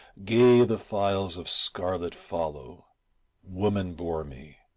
gay the files of scarlet follow woman bore me,